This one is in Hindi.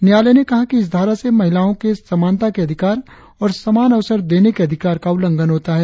न्यायालय ने कहा कि इस धारा से महिलाओं के समानता के अधिकार और समान अवसर देने के अधिकार का उल्लंघन होता है